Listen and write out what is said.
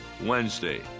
Wednesday